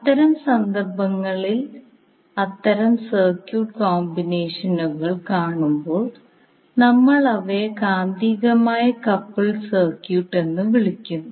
അത്തരം സന്ദർഭങ്ങളിൽ അത്തരം സർക്യൂട്ട് കോമ്പിനേഷനുകൾ കാണുമ്പോൾ നമ്മൾ അവയെ കാന്തികമായ കപ്പിൾഡ് സർക്യൂട്ട് എന്ന് വിളിക്കുന്നു